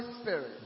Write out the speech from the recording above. Spirit